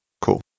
Cool